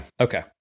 okay